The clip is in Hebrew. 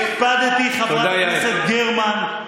הקפדתי, הקפדתי, חברת הכנסת גרמן,